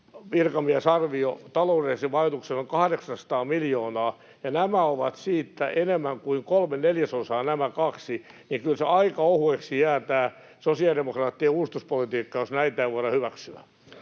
virkamiesarvio taloudelliseen vaikutukseen on 800 miljoonaa ja nämä kaksi ovat siitä enemmän kuin kolme neljäsosaa, niin kyllä tämä sosiaalidemokraattien uudistuspolitiikka jää aika ohueksi, jos näitä ei voida hyväksyä.